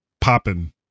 popping